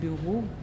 bureau